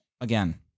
Again